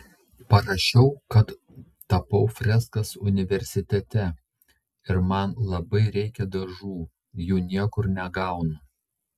parašiau kad tapau freskas universitete ir man labai reikia dažų jų niekur negaunu